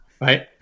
Right